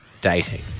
dating